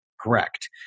correct